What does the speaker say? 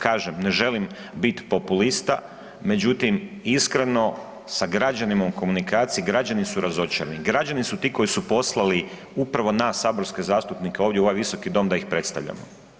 Kažem ne želim biti populista međutim iskreno sa građanima u komunikaciji, građani su razočarani, građani su ti koji su poslali upravo nas saborske zastupnike ovdje u ovaj visoki dom da ih predstavljamo.